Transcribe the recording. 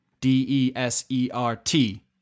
D-E-S-E-R-T